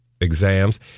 exams